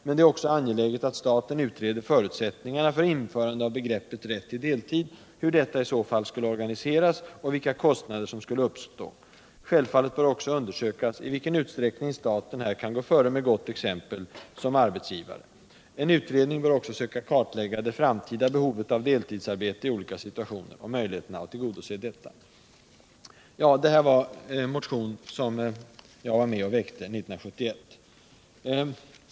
Men det är också angeläget att staten utreder förutsättningarna för införande av begreppet rätt ull deltid, hur detta i så fall skulle organiseras och vilka kostnader som skulle uppstå. Självfallet bör också undersökas i vilken 55 utsträckning staten här kan gå före med gott exempel som arbetsgivare. En utredning bör också söka kartlägga det framtida behovet av deltidsarbete i olika situationer och möjligheterna att tillgodose detta.” Detta var ur en motion som jag var med om att väcka 1971.